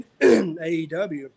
AEW